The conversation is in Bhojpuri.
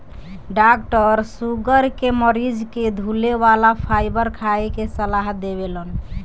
डाक्टर शुगर के मरीज के धुले वाला फाइबर खाए के सलाह देवेलन